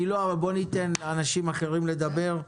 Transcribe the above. אלי מילוא, בוא ניתן לאנשים אחרים לדבר.